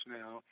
now